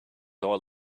all